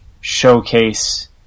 showcase